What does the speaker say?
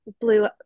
blue